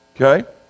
Okay